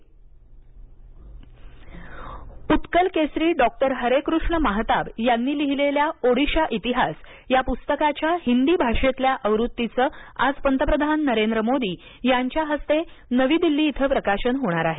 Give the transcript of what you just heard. Modi Odisha Utkal Kesari doctor Harekrushna Mahtab यांनी लिहिलेल्या ओडिशा इतिहास या पुस्तकाच्या हिंदी भाषेतल्या आवृत्तीचं आज पंतप्रधान नरेंद्र मोदी याच्या हस्ते नवी दिल्ली इथं प्रकाशन होणार आहे